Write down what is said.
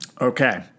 okay